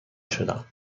شدم